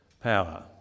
power